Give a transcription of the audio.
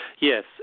Yes